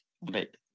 right